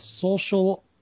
social